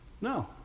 No